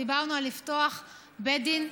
דיברנו על לפתוח בית דין,